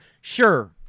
Sure